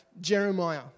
Jeremiah